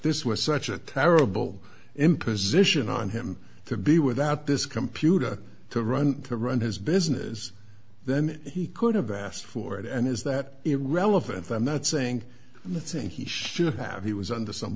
this was such a terrible imposition on him to be without this computer to run to run his business then he could have asked for it and is that irrelevant i'm not saying that's and he should have he was under some